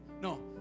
No